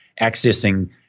accessing